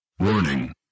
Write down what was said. Warning